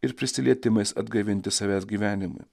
ir prisilietimais atgaivinti savęs gyvenimui